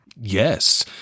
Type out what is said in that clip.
Yes